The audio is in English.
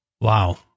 Wow